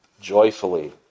joyfully